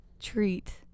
treat